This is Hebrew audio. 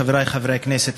חברי חברי הכנסת,